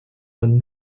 man